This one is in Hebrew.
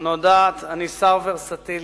אני שר ורסטילי.